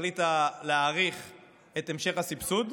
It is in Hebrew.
החליטה להאריך את המשך הסבסוד,